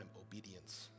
obedience